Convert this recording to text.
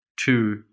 two